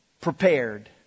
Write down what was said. Prepared